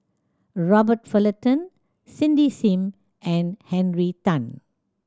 Robert Fullerton Cindy Sim and Henry Tan